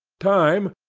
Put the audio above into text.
time,